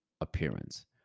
appearance